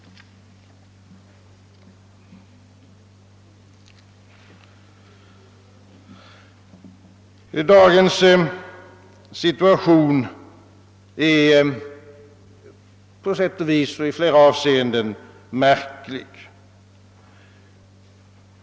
Dagens situation är på sätt och vis i flera avseenden märklig.